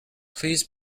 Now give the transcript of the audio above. please